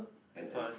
and and